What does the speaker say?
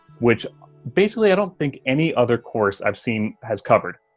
which basically i don't think any other course i've seen has covered.